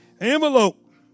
envelope